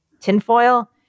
tinfoil